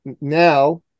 Now